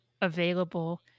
available